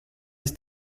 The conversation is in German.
ist